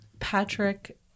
Patrick